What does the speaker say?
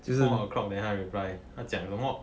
four o'clock then 他 reply 他讲什么